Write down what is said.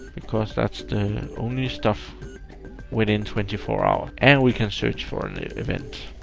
because that's the only stuff within twenty four hours. and we can search for and the event.